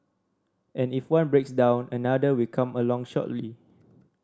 and if one breaks down another will come along shortly